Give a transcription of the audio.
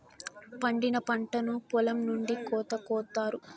పండిన పంటను పొలం నుండి కోత కొత్తారు